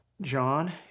John